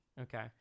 Okay